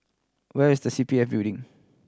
where is C P F Building